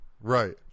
Right